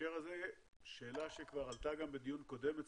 בהקשר הזה שאלה שכבר עלתה בדיון קודם אצלנו,